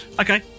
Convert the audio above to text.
Okay